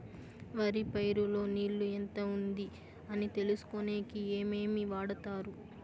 వరి పైరు లో నీళ్లు ఎంత ఉంది అని తెలుసుకునేకి ఏమేమి వాడతారు?